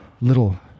little